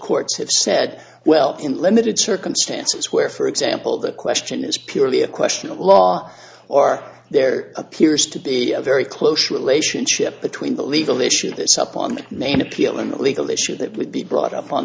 courts have said well in limited circumstances where for example the question is purely a question of law or there appears to be a very close relationship between the legal issue that's up on the main appeal and a legal issue that would be brought up on